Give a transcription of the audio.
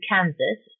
Kansas